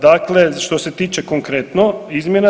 Dakle, što se tiče konkretno izmjena.